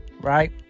Right